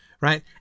right